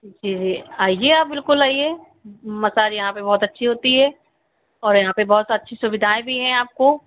जी भैया आईए आप बिल्कुल आईए मसाज यहाँ बहुत अच्छी होती है और यहाँ बहुत अच्छी सुविधाएँ भी हैं आपको